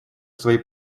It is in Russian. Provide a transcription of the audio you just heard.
своей